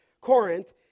Corinth